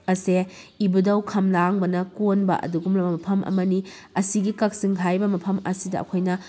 ꯑꯁꯦ ꯏꯕꯨꯗꯧ ꯈꯝꯂꯥꯡꯕꯅ ꯀꯣꯟꯕ ꯑꯗꯨꯒꯨꯝꯂꯕ ꯃꯐꯝ ꯑꯃꯅꯤ ꯑꯁꯤꯒꯤ ꯀꯛꯆꯤꯡ ꯍꯥꯏꯔꯤꯕ ꯃꯐꯝ ꯑꯁꯤꯗ ꯑꯩꯈꯣꯏꯅ